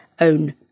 own